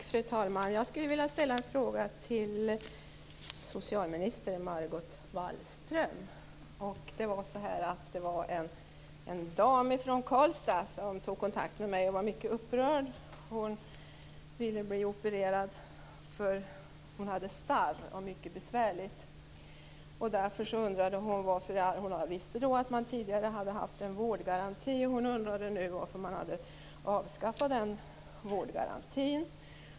Fru talman! Jag skulle vilja ställa en fråga till socialminister Margot Wallström. Det var en dam från Karlstad som tog kontakt med mig. Hon var mycket upprörd. Hon ville bli opererad därför att hon hade starr, och det var mycket besvärligt. Hon visste att man tidigare hade en vårdgaranti, och hon undrade nu varför man hade avskaffat den.